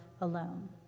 alone